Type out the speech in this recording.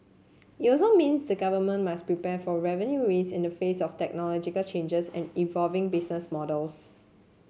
it also means the government must prepare for revenue risk in the face of technological changes and evolving business models